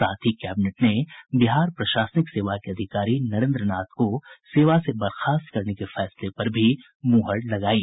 साथ ही कैबिनेट ने बिहार प्रशासनिक सेवा के अधिकारी नरेन्द्र नाथ को सेवा से बर्खास्त करने के फैसले पर भी मुहर लगायी